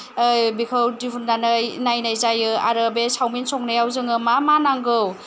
ऐ बेखौ दिहुननानै नायनाय जायो आरो बे सावमिन संनायाव जोङो मा मा नांगौ